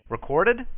Recorded